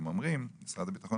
משרד הביטחון